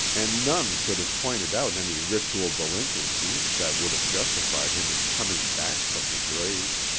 and none could have pointed out any ritual delinquency that would have justified him in coming back from the grave.